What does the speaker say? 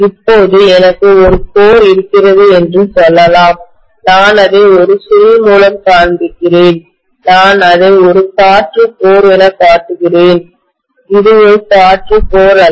இப்போது எனக்கு ஒரு கோர் இருக்கிறது என்று சொல்லலாம் நான் அதை ஒரு சுருள் மூலம் காண்பிக்கிறேன் நான் அதை ஒரு காற்று கோர் எனக் காட்டுகிறேன் இது ஒரு காற்று கோர் அல்ல